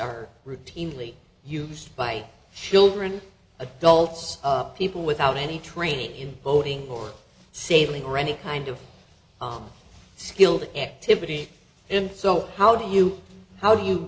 are routinely used by children adults up people without any training in boating or sailing or any kind of skilled activity and so how do you how do you